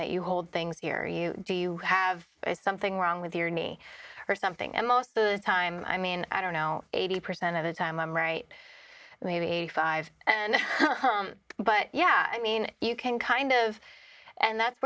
that you hold things here you do you have something wrong with your knee or something and most of the time i mean i don't know eighty percent of the time i'm right maybe eighty five and but yeah i mean you can kind of and that's